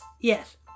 yes